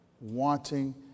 wanting